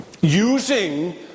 using